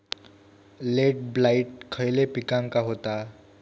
Late blight खयले पिकांका होता?